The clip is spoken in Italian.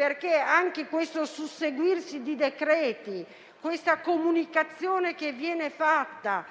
anche per il susseguirsi di decreti-legge e per la comunicazione che viene fatta,